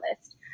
list